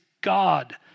God